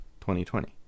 2020